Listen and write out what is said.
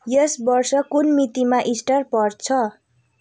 यस वर्ष कुन मितिमा इस्टर पर्छ